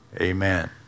Amen